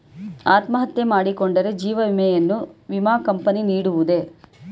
ಅತ್ಮಹತ್ಯೆ ಮಾಡಿಕೊಂಡರೆ ಜೀವ ವಿಮೆಯನ್ನು ವಿಮಾ ಕಂಪನಿ ನೀಡುವುದೇ?